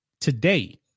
Today